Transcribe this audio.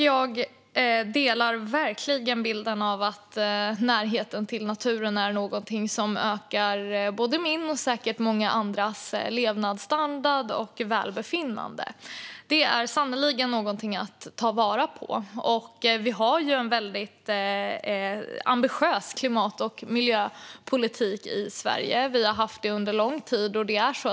Jag delar verkligen bilden att närhet till naturen ökar både min och säkert många andras levnadsstandard och välbefinnande. Det är sannerligen något att ta vara på. Vi har en väldigt ambitiös klimat och miljöpolitik i Sverige; det har vi haft under lång tid.